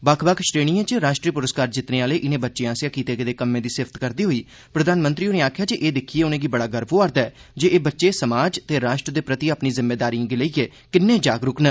बक्ख बक्ख श्रेणिएं च राष्ट्री पुरस्कार जित्तने आह्ले इनें बच्चें आसेआ कीते गेदे कम्में दी सराह्ना करदे होई प्रधानमंत्री होरें गलाया जे एह् दिक्खियै उनें बड़ी गर्व होआ'रदा ऐ जे एह् बच्चे समाज ते राष्ट्र दे प्रति अपनी जिम्मेदारिएं गी लेइयै किन्ने जागरूक न